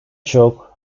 çok